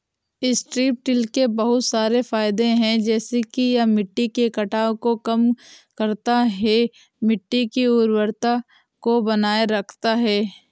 strip till के बहुत सारे फायदे हैं जैसे कि यह मिट्टी के कटाव को कम करता है, मिट्टी की उर्वरता को बनाए रखता है